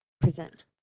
present